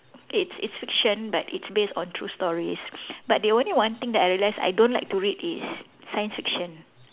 it's it's fiction but it's based on true stories but the only one thing that I realise I don't like to read is science fiction